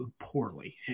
poorly